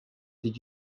did